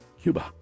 Cuba